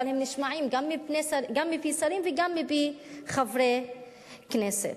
אבל הם נשמעים גם מפי שרים וגם מפני חברי כנסת.